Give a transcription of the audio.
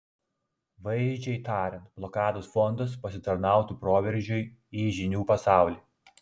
vaizdžiai tariant blokados fondas pasitarnautų proveržiui į žinių pasaulį